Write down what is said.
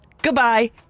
Goodbye